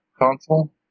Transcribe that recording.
console